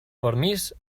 permís